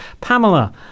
pamela